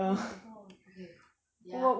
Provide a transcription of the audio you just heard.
oh my god okay ya